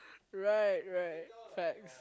right right right